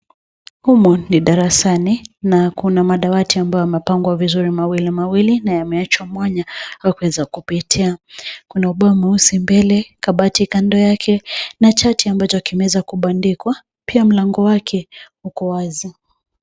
Humu ni darasani na kuna madawati ambayo yamepangwa vizuri mawilimawili na yameachwa mwanya pa kuweza kupitia. Kuna ubao mweusi mbele, kabati kando yake na chati ambacho kimeweza kubandikwa. Pia mlango wake uko wazi.